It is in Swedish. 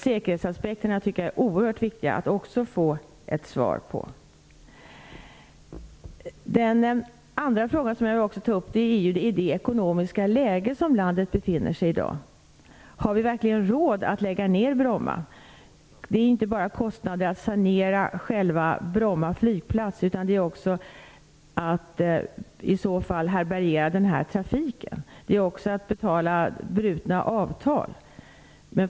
Det är oerhört viktigt att också få ett svar på frågan om säkerhetsaspekterna. En annan fråga som jag tog upp gäller om vi verkligen har råd att lägga ned Bromma i det ekonomiska läge som landet i dag befinner sig i. Det blir inte bara kostnader för att sanera Bromma flygplats, utan i så fall också för att härbärgera trafiken. Det gäller också att betala för brutna avtal.